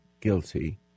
guilty